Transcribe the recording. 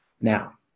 now